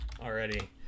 already